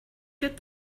good